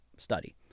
study